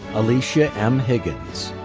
alicia m. higgins,